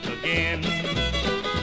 again